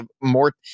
more